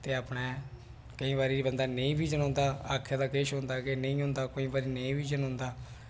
ते अपने केई बारी बंदा नेईं बी चलोंदा आक्खे दे किश होंदा ते केईं बारी नेई बी जनोंदा